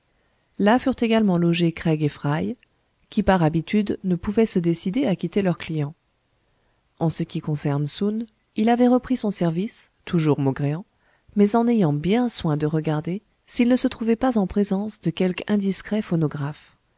là furent également logés craig et fry qui par habitude ne pouvaient se décider à quitter leur client en ce qui concerne soun il avait repris son service toujours maugréant mais en ayant bien soin de regarder s'il ne se trouvait pas en présence de quelque indiscret phonographe